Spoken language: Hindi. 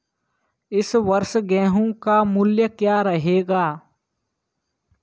इस वर्ष गेहूँ का मूल्य क्या रहेगा?